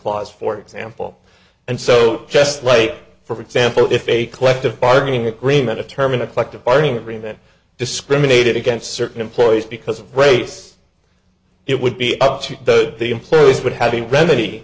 clause for example and so just like for example if a collective bargaining agreement a term in a collective bargaining agreement discriminated against certain employees because of race it would be up to the employees would have a remedy